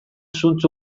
zuntz